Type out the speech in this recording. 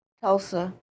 Tulsa